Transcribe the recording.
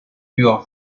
your